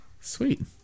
Sweet